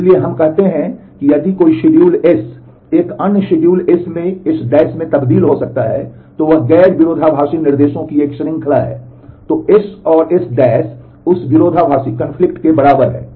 इसलिए हम कहते हैं कि यदि कोई शेड्यूल S एक अन्य शेड्यूल S में तब्दील हो सकता है तो वह गैर विरोधाभासी निर्देशों की एक श्रृंखला है तो S और S उस विरोधाभासी के बराबर है